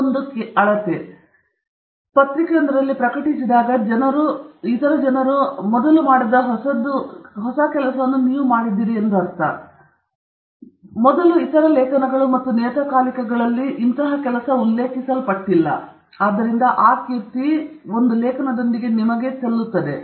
ಇದು ಕೇವಲ ಒಂದು ಅಳತೆ ಮತ್ತು ನೀವು ಪತ್ರಿಕೆಯೊಂದರಲ್ಲಿ ಪ್ರಕಟಿಸಿದಾಗ ಇತರ ಜನರು ಮೊದಲು ಮಾಡದ ಹೊಸದನ್ನು ನೀವು ಮಾಡಿದ್ದೀರಿ ಎಂದರ್ಥ ಇದು ಮೊದಲು ಇತರ ಲೇಖನಗಳು ಮತ್ತು ನಿಯತಕಾಲಿಕಗಳು ಮೊದಲು ಉಲ್ಲೇಖಿಸಲ್ಪಟ್ಟಿಲ್ಲ ಆದ್ದರಿಂದ ನೀವು ಈಗ ಅದರೊಂದಿಗೆ ಸಲ್ಲುತ್ತದೆ